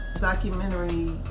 documentary